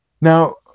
Now